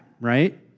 right